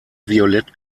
violett